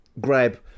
grab